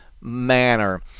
manner